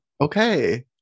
Okay